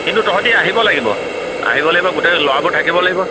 কিন্তু তহঁতি আহিব লাগিব আহিব লাগিব গোটেই ল'ৰাবোৰ থাকিব লাগিব